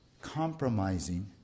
compromising